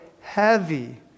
heavy